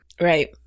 Right